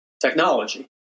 technology